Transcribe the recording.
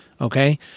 Okay